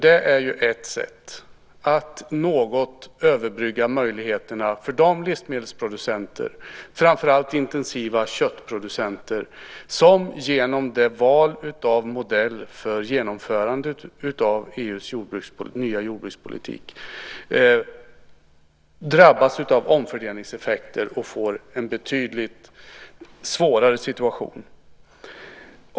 Det är ju ett sätt att något överbrygga möjligheterna för de livsmedelsproducenter, framför allt köttproducenter, som genom valet av modell för genomförandet av EU:s nya jordbrukspolitik drabbas av omfördelningseffekter och får en betydligt svårare situation.